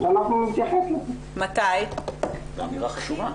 שהפך להיות כבר משהו שאי אפשר להתייחס אליו כאיזו שהיא תופעה ספורדית,